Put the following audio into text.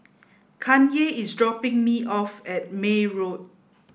Kanye is dropping me off at May Road